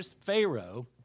Pharaoh